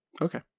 Okay